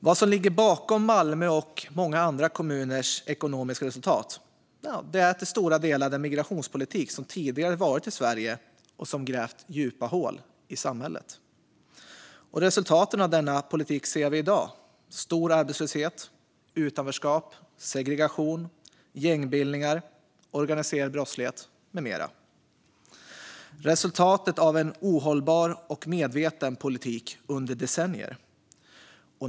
Vad som ligger bakom Malmös och många andra kommuners ekonomiska resultat är till stora delar den migrationspolitik som tidigare varit i Sverige och som grävt djupa hål i samhället. Resultaten av denna politik ser vi i dag: stor arbetslöshet, utanförskap, segregation, gängbildningar, organiserad brottslighet med mera - resultatet av en ohållbar och medveten politik under decennier.